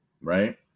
right